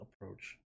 approach